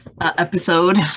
episode